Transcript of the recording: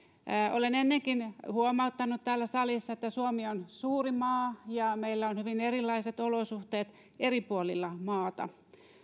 olen ennenkin huomauttanut täällä salissa että suomi on suuri maa ja meillä on hyvin erilaiset olosuhteet eri puolilla maata